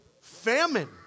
famine